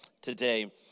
today